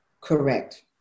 correct